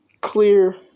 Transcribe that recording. clear